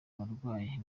abarwayi